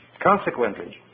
Consequently